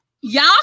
y'all